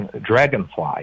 dragonfly